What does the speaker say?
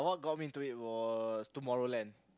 got me into it was Tomorrowland